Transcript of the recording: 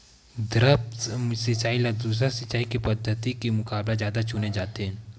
द्रप्स सिंचाई ला दूसर सिंचाई पद्धिति के मुकाबला जादा चुने जाथे